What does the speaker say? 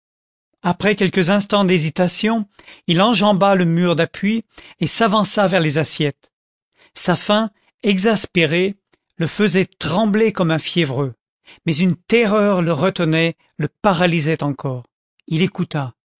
après quelques instants d'hésitation il enjamba le mur d'appui et s'avança vers les assiettes sa faim exaspérée le faisait trembler comme un fiévreux mais une terreur le retenait le paralysait encore il écouta